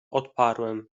odparłem